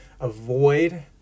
avoid